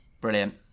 Brilliant